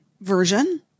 version